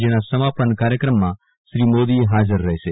જેના સમાપન કાર્ચક્રમમાં શ્રી મોદી હાજર રહેશે